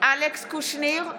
אלכס קושניר,